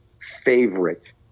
favorite